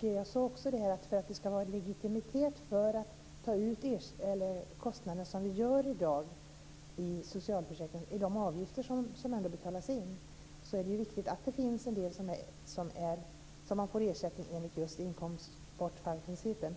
Jag sade också att för att det ska vara legitimitet för att ta ut kostnaden, som vi gör i dag i socialförsäkringen i de avgifter som ändå betalas in, är det viktigt att det finns en del som man får ersättning för enligt just inkomstbortfallsprincipen.